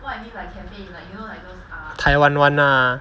taiwan [one] lah